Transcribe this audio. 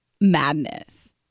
madness